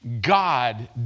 God